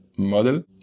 Model